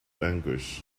anguish